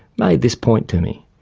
made this point to me.